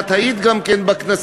את היית גם כן בכנסים,